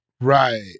Right